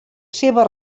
seva